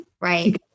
Right